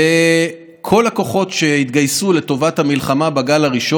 לא, אדוני,